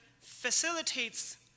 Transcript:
facilitates